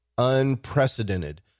Unprecedented